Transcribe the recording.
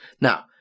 Now